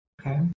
Okay